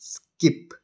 skip